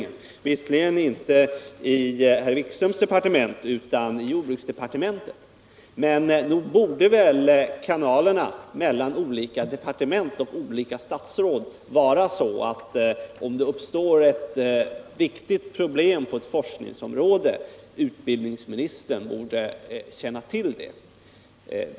Denna kontakt togs visserligen inte med herr Wikströms departement utan med jordbruksdepartementet, men nog borde väl kanalerna mellan olika departement och olika statsråd vara sådana att utbildningsministern får kännedom om förhållandena när det uppstår ett viktigt problem på ett forskningsområde.